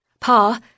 Pa